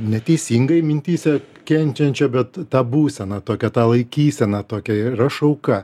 neteisingai mintyse kenčiančio bet ta būsena tokia ta laikysena tokia ir aš auka